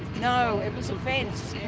no it was a fence,